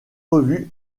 revues